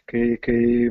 kai kai